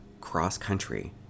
cross-country